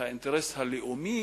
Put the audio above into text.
האינטרס הלאומי,